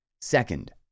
Second